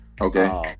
okay